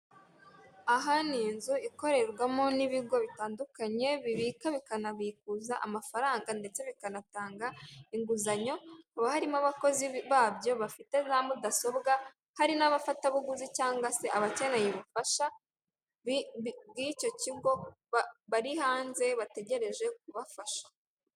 Aha ni inzu ikorerwamo n'ibigo bitandukanye bibika bikanabikuza amafaranga ndetse bikanatanga inguzanyo, haba harimo abakozi babyo bafite za mudasobwa hari n'abafatabuguzi cyangwa se abakeneye ubufasha bw'icyo kigo bari hanze bategereje kubafasha.